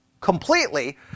completely